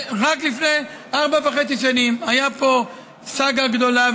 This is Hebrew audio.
רק לפני ארבע וחצי שנים הייתה פה סאגה גדולה,